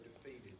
defeated